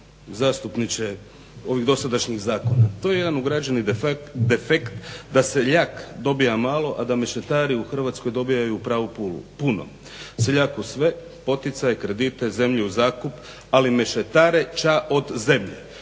zastupniče ovih dosadašnjih zakona. To je jedan ugrađeni defekt da seljak dobiva malo, a da mešetari u Hrvatskoj dobijaju u pravilu puno. Seljaku sve poticaje, kredite, zemlju u zakup ali mešetare ča od zemlje.